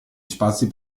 spazi